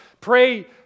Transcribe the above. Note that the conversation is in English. pray